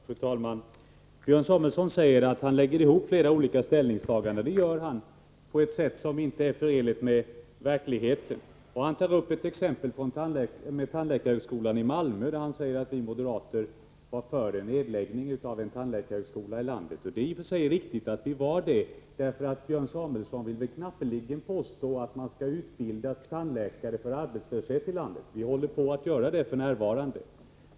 Fru talman! Björn Samuelson säger att han lägger ihop flera olika ställningstaganden, och det gör han på ett sätt som inte är förenligt med verkligheten. Han tar upp exemplet med tandläkarhögskolan i Malmö och säger att vi moderater var för nedläggning av en tandläkarhögskola i landet. Det är i och för sig riktigt att vi var det. Men Björn Samuelson vill väl näppeligen påstå att man skall utbilda tandläkare för arbetslöshet i landet? Vi håller på att göra det f.n.